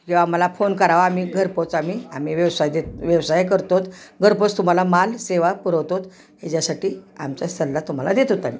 किंवा आम्हाला फोन करावा आम्ही घरपोच आम्ही आम्ही व्यवसाय देत व्यवसाय करतोत घरपोच तुम्हाला माल सेवा पुरवतो ह्याच्यासाठी आमचा सल्ला तुम्हाला देतो आम्ही